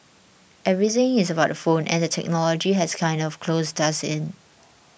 everything is about the phone and the technology has kind of closed us in